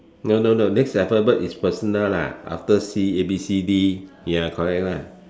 no no no next alphabet is personal lah after C A B C D ya correct lah